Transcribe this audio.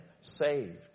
saved